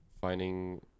finding